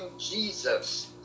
Jesus